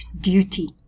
duty